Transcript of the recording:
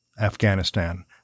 Afghanistan